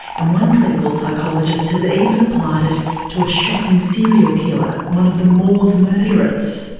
and one clinical psychologist has even applied it to a shocking serial killer, one of the moors murderers.